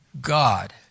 God